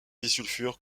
disulfure